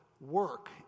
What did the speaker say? work